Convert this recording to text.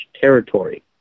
territory